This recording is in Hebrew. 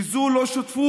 כי זו לא שותפות,